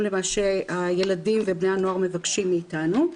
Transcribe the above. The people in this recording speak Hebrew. למה שהילדים ובני הנוער מבקשים מאתנו.